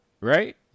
right